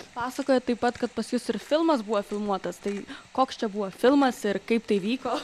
pasakojot taip pat kad pas jus ir filmas buvo filmuotas tai koks čia buvo filmas ir kaip tai vyko